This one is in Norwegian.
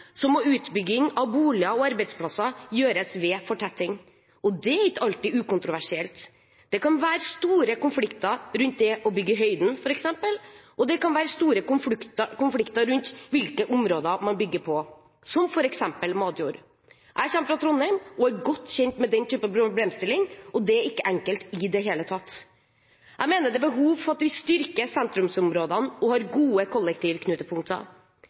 må utbygging av boliger og arbeidsplasser gjøres ved fortetting, og det er ikke alltid ukontroversielt. Det kan være store konflikter, f.eks. rundt det å bygge i høyden, og det kan være store konflikter knyttet til hvilke områder man bygger på, som f.eks. matjord. Jeg kommer fra Trondheim og er godt kjent med den typen problemstilling, og det er ikke enkelt i det hele tatt. Jeg mener at det er behov for å styrke sentrumsområdene og ha gode